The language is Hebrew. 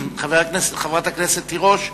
חברת הכנסת תירוש,